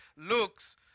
looks